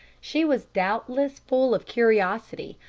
she was doubtless full of curiosity,